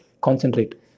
concentrate